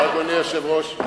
אדוני היושב-ראש,